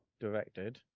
directed